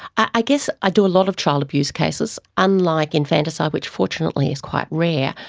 i guess i do a lot of child abuse cases. unlike infanticide, which fortunately is quite rare,